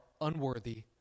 unworthy